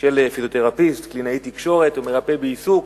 של פיזיותרפיסט, קלינאי תקשורת ומרפא בעיסוק.